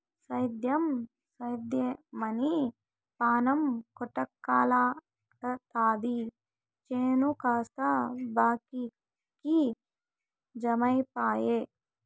సేద్దెం సేద్దెమని పాణం కొటకలాడతాది చేను కాస్త బాకీకి జమైపాయె